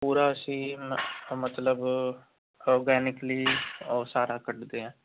ਪੂਰਾ ਅਸੀਂ ਨ ਮਤਲਬ ਔਰਗੈਨਿਕਲੀ ਉਹ ਸਾਰਾ ਕੱਢਦੇ ਹਾਂ